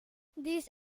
these